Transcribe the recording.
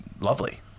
Lovely